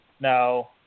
Now